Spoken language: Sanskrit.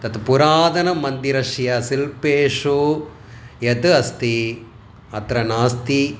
तत् पुरातनमन्दिरस्य शिल्पेषु यत् अस्ति अत्र नास्ति